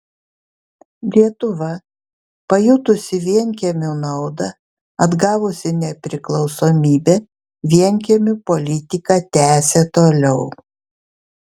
lietuva pajutusi vienkiemių naudą atgavusi nepriklausomybę vienkiemių politiką tęsė toliau